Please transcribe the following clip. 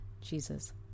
Jesus